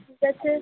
ঠিক আছে